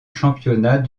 championnat